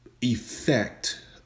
effect